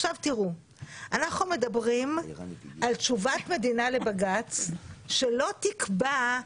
אנחנו מדברים על תשובת מדינה לבג"ץ שלא תקבע,